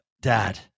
Dad